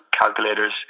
calculators